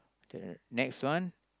okay the next one